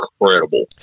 incredible